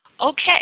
Okay